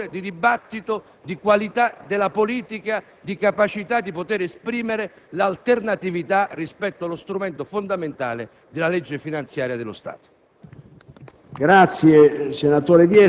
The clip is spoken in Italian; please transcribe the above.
come elementi fecondi di discussione, di dibattito, di qualità della politica e di capacità di esprimere l'alternatività rispetto allo strumento fondamentale della legge finanziaria dello Stato.